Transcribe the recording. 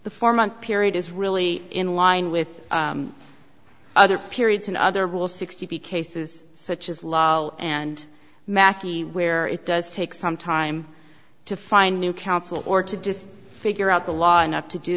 the four month period is really in line with other periods and other rule sixty cases such as law and makea where it does take some time to find new counsel or to just figure out the law enough to do